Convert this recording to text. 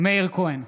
מאיר כהן,